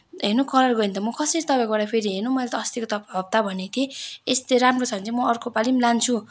हेर्नु कलर गयो भने त म कसरी तपाईँकोबाट फेरि हेर्नु मैले अस्तिको त हप्ता भनेथेँ यस्तै राम्रो छ भने चाहिँ म अर्को पालि पनि लान्छु